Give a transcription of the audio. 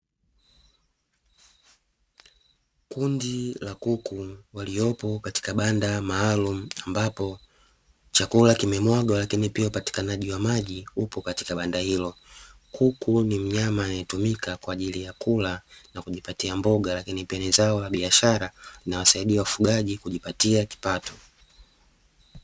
Kundi la kuku waliopo katika banda maalumu ambapo chakula kimemwagwa, lakini pia upatikanaji wa maji upo katika banda hilo. Kuku ni mnyama anayetumika kwa ajili ya kula na kujipatia mboga, lakini pia ni zao la biashara inawasaidia wafugaji kujipatia kipato.